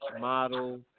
model